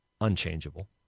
unchangeable